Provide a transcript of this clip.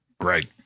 great